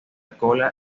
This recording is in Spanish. cola